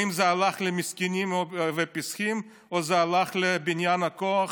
האם זה הלך למסכנים ופיסחים או זה הלך לבניין הכוח,